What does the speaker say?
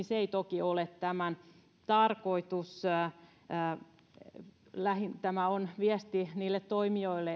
se ei toki ole tämän tarkoitus tämä on viesti niille toimijoille